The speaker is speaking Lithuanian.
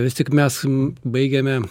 vis tik mes baigėme